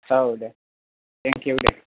औ दे टेंकिउ दे